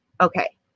Okay